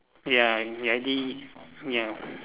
ya ya I did ya